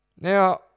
Now